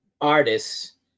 artists